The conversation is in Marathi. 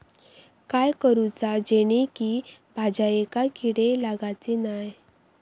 काय करूचा जेणेकी भाजायेंका किडे लागाचे नाय?